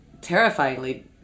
terrifyingly